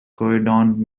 croydon